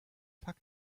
fakt